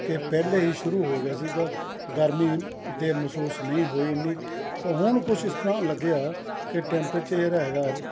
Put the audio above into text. ਕਿ ਪਹਿਲਾਂ ਹੀ ਸ਼ੁਰੂ ਹੋ ਗਿਆ ਸੀਗਾ ਗਰਮੀ ਦੇ ਮਹਿਸੂਸ ਨਹੀਂ ਹੋਈ ਇੰਨੀ ਪਰ ਹੁਣ ਕੁਝ ਇਸ ਤਰ੍ਹਾਂ ਲੱਗਿਆ ਕਿ ਟੈਂਪਰੇਚਰ ਜਿਹੜਾ ਹੈਗਾ